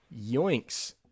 yoinks